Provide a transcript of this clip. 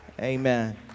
Amen